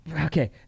Okay